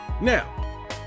Now